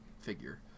figure